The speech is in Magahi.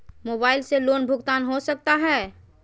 मोबाइल से लोन भुगतान हो सकता है?